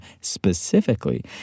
specifically